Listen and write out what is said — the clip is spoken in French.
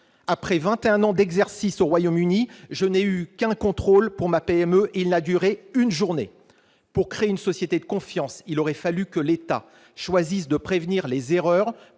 et un ans d'exercice au Royaume-Uni, je n'ai eu qu'un contrôle pour ma PME, et il a duré une journée ! Pour créer une société de confiance, il aurait fallu que l'État choisisse de prévenir les erreurs